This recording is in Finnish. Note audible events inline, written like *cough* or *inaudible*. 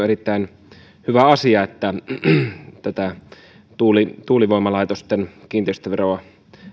*unintelligible* erittäin hyvä asia että tätä tuulivoimalaitosten kiinteistöveroa